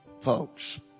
folks